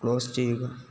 close ചെയ്യുക